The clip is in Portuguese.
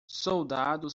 soldado